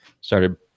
started